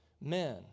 men